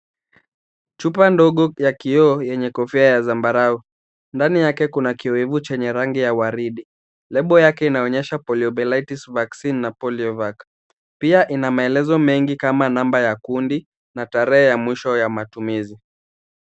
Chupa ndogo ya kioo yenye kofia ya zambarau. Ndani yake kuna kiyoyevu cha rangi ya waridi. Lebo yake inaonyesha Poliomyelitis vaccine na Poliovac. Pia ina maelezo mengi kama namba ya kundi na tarehe ya mwisho ya matumizi.